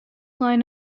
line